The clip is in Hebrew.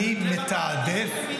אני מתעדף,